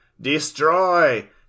Destroy